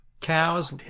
Cows